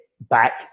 back